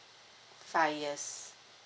five years